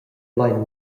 plein